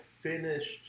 finished